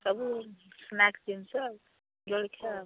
ସବୁ ସ୍ନାକ୍ ଜିନିଷ ଜଳିଖିଆ